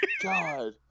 god